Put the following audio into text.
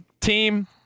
team